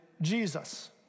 Jesus